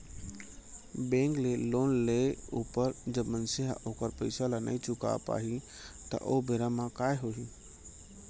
bank ले loan लेय ऊपर जब मनसे ह ओखर पइसा ल नइ चुका पाही त ओ बेरा म काय होही